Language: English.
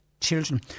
children